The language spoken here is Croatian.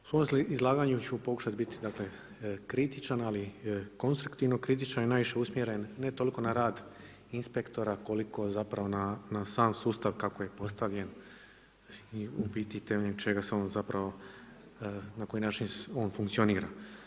U svom izlaganju ću pokušat biti dakle kritičan, ali konstruktivno kritičan i najviše usmjeren ne toliko na rad inspektora, koliko zapravo na sam sustav kako je postavljen i u biti temeljem čega se zapravo na koji način on funkcionira.